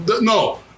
No